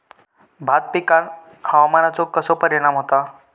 भात पिकांर हवामानाचो कसो परिणाम होता?